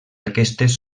aquestes